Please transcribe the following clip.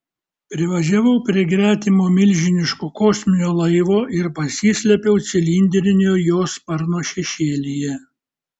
privažiavau prie gretimo milžiniško kosminio laivo ir pasislėpiau cilindrinio jo sparno šešėlyje